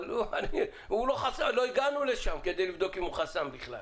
אבל לא הגענו לשם כדי לבדוק אם הוא חסם בכלל.